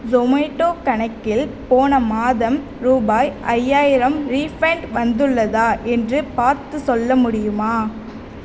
ஜொமேட்டோ கணக்கில் போன மாதம் ரூபாய் ஐயாயிரம் ரீஃபண்ட் வந்துள்ளதா என்று பார்த்து சொல்ல முடியுமா